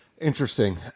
Interesting